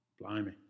Blimey